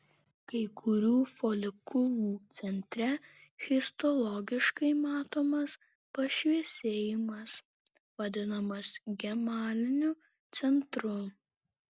kai kurių folikulų centre histologiškai matomas pašviesėjimas vadinamas gemaliniu centru